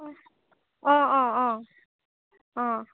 অঁ অঁ অঁ অঁ